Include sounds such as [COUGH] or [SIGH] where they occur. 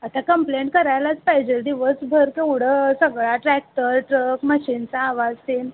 आता कंप्लेंट करायलाच पाहिजेल दिवसभर केवढं सगळा ट्रॅक्टर ट्रक मशिनचा आवाज [UNINTELLIGIBLE]